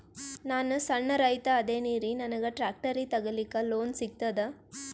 ನಾನ್ ಸಣ್ ರೈತ ಅದೇನೀರಿ ನನಗ ಟ್ಟ್ರ್ಯಾಕ್ಟರಿ ತಗಲಿಕ ಲೋನ್ ಸಿಗತದ?